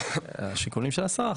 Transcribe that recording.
השיקולים של השרה.